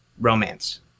romance